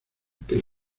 que